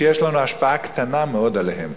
שיש לנו השפעה קטנה מאוד עליהם.